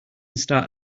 start